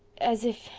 as if.